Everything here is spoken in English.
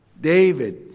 David